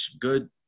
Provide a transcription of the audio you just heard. good